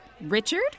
Richard